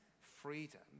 freedom